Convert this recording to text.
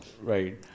Right